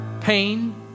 pain